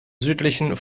südlichen